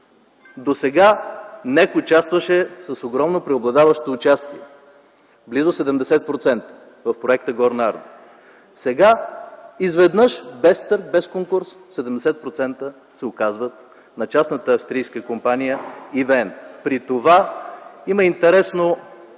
Досега НЕК участваше с огромно, преобладаващо участие – близо 70% в проекта „Горна Арда”. Сега изведнъж, без търг, без конкурс 70% се оказват на частната австрийска компания ЕВН. При това има интересно